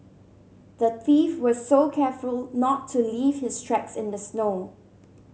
the thief was so careful not to leave his tracks in the snow